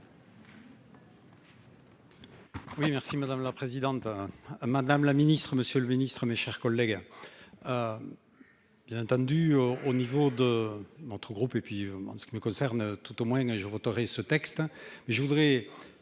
merci madame la présidente. Madame la Ministre, Monsieur le Ministre, mes chers collègues. Bien entendu, au niveau de notre groupe et puis demande ce qui me concerne, tout au moins je voterai ce texte